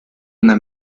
una